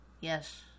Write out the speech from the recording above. Yes